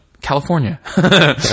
California